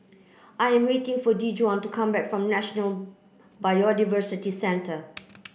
I am waiting for Dejuan to come back from National Biodiversity Centre